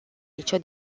nicio